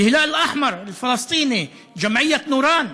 "אל-הילאל אל-אחמר" הפלסטיני, ג'מעיית "נוראן"